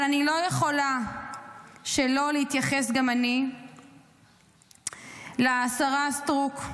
אבל אני לא יכולה שלא להתייחס גם אני לשרה סטרוק,